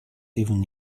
even